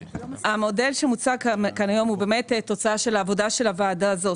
המודל שמוצג כאן היום הוא תוצאה של העבודה של הוועדה הזו,